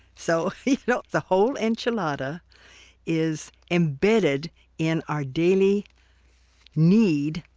so you know the whole enchilada is embedded in our daily need,